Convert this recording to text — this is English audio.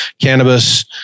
cannabis